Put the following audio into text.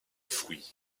fruits